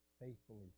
faithfully